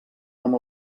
amb